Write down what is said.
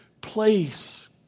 place